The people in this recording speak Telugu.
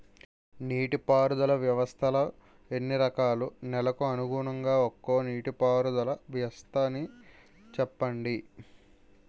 నీటి పారుదల వ్యవస్థలు ఎన్ని రకాలు? నెలకు అనుగుణంగా ఒక్కో నీటిపారుదల వ్వస్థ నీ చెప్పండి?